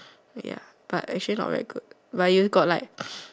ya but actually not very good but you got like